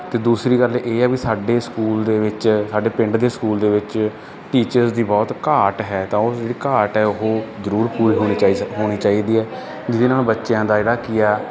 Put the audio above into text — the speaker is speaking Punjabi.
ਅਤੇ ਦੂਸਰੀ ਗੱਲ ਇਹ ਹੈ ਵੀ ਸਾਡੇ ਸਕੂਲ ਦੇ ਵਿੱਚ ਸਾਡੇ ਪਿੰਡ ਦੇ ਸਕੂਲ ਦੇ ਵਿੱਚ ਟੀਚਰਸ ਦੀ ਬਹੁਤ ਘਾਟ ਹੈ ਤਾਂ ਉਹ ਜਿਹੜੀ ਘਾਟ ਹੈ ਉਹ ਜ਼ਰੂਰ ਪੂਰੀ ਹੋਣੀ ਚਾਹੀ ਹੋਣੀ ਚਾਹੀਦੀ ਆ ਜਿਹਦੇ ਨਾਲ ਬੱਚਿਆਂ ਦਾ ਜਿਹੜਾ ਕੀ ਆ